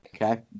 Okay